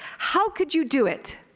how could you do it?